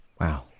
Wow